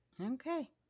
Okay